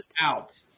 out